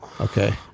Okay